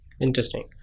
interesting